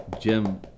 Jim